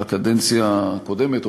בקדנציה הקודמת,